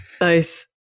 Nice